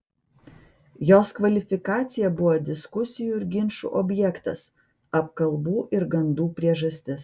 jos kvalifikacija buvo diskusijų ir ginčų objektas apkalbų ir gandų priežastis